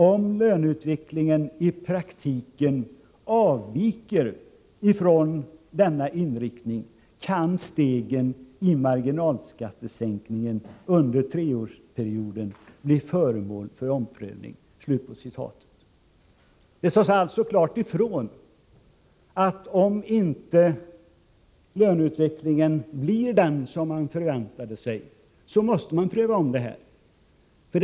Om löneutvecklingen i praktiken avviker från denna inriktning kan stegen i marginalskattesänkningen under treårsperioden bli föremål för omprövning.” Det sades alltså klart ifrån att om löneutvecklingen inte skulle bli den som man förväntade sig, måste det ske en omprövning.